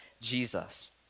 Jesus